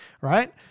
right